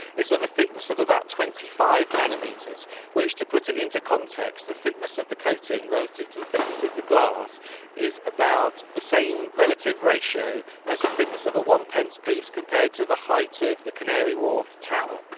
it's of a thickness of about twenty five nanometres which, to put it into context, the thickness of the coating relative to the thickness of the glass is about the same relative ratio as the thickness of the one pence piece compared to the height of the canary wharf tower.